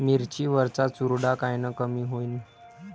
मिरची वरचा चुरडा कायनं कमी होईन?